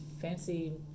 fancy